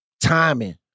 timing